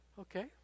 Okay